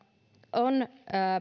on